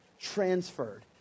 Transferred